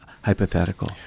hypothetical